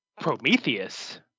Prometheus